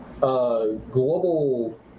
global